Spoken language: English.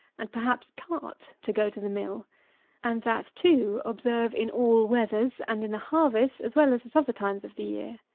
and, perhaps, cart, to go to the mill and that, too, observe, in all weathers, and in the harvest as well as at other times of the year.